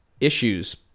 issues